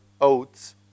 oats